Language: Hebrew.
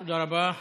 תודה רבה.